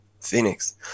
phoenix